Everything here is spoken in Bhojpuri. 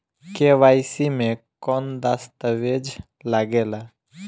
के.वाइ.सी मे कौन दश्तावेज लागेला?